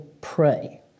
pray